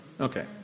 Okay